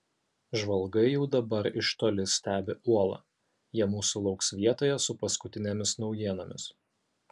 žvalgai jau dabar iš toli stebi uolą jie mūsų lauks vietoje su paskutinėmis naujienomis